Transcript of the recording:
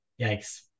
Yikes